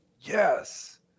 yes